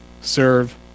serve